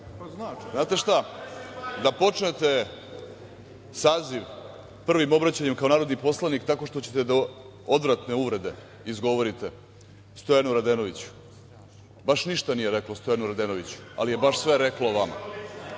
Znate šta, da počnete saziv prvim obraćanjem kao narodni poslanik, tako što ćete da odvratne uvrede izgovorite, Stojanu Radenoviću, baš ništa nije reklo o Stojanu Radenoviću, ali je baš sve reklo o vama.